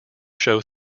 show